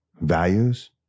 values